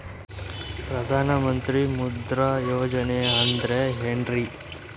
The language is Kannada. ಪ್ರಧಾನ ಮಂತ್ರಿ ಮುದ್ರಾ ಯೋಜನೆ ಅಂದ್ರೆ ಏನ್ರಿ?